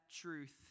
truth